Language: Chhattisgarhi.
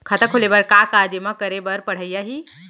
खाता खोले बर का का जेमा करे बर पढ़इया ही?